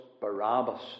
Barabbas